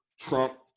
Trump